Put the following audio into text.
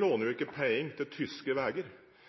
låner ikke vi penger til tyske veier. Derimot bidrar den norske staten til å finansiere den tyske